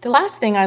the last thing i